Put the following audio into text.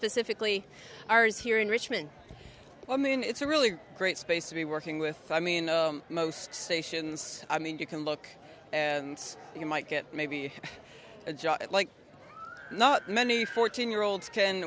specifically ours here in richmond i mean it's a really great space to be working with i mean most stations i mean you can look and you might get maybe a job like not many fourteen year olds can